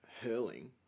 Hurling